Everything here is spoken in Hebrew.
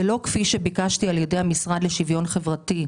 ולא, כפי שביקשתי, על ידי המשרד לשוויון חברתי,